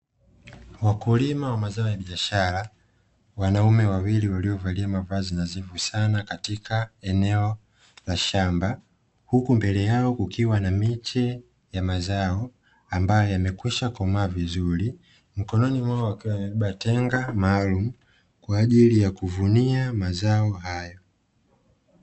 Wakulima wa mazao ya biashara wanaume wawili waliovalia mavazi nadhifu sana katika eneo la shamba, huku mbele yao kukiwa na miche ya mazao ambayo yamekwisha komaa vizuri, mikononi mwao wakiwa wamebeba tenga kwa ajili ya kuvunia mazao.